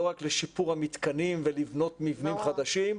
רק לשיפור המתקנים ולבנות מבנים חדשים.